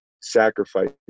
sacrifice